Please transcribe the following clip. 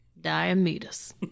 Diomedes